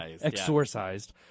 exorcised